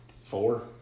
Four